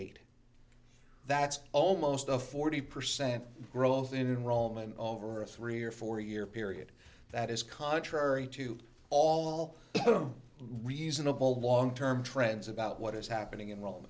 eight that's almost a forty percent growth in rome and over a three or four year period that is contrary to all reasonable long term trends about what is happening in ro